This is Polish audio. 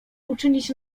uczynić